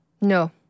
No